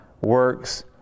works